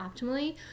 optimally